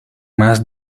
más